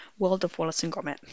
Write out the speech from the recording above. worldofwallaceandgromit